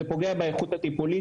זה פוגע באיכות הטיפולית,